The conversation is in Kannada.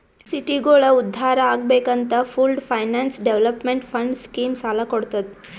ಸಿಟಿಗೋಳ ಉದ್ಧಾರ್ ಆಗ್ಬೇಕ್ ಅಂತ pooled finance development fund scheme ಸಾಲ ಕೊಡ್ತುದ್